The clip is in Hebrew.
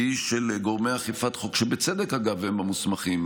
היא של גורמי אכיפת חוק שבצדק, אגב, הם המוסמכים.